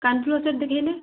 କାନ ଫୁଲ ସେଟ୍ ଦେଖାଇଲେ